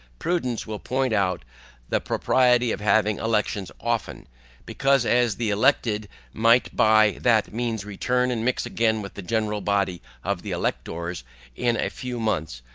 prudence will point out the propriety of having elections often because as the elected might by that means return and mix again with the general body of the electors in a few months,